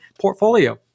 portfolio